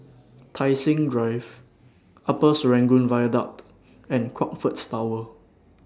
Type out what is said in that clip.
Tai Seng Drive Upper Serangoon Viaduct and Crockfords Tower